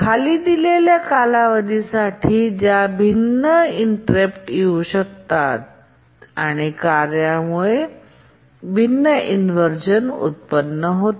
खाली दिलेला कालावधी ज्यासाठी भिन्न इंटेररप्ट येऊ शकतात आणि कार्ये ज्यामुळे भिन्न इनव्हर्जन उत्पन्न होते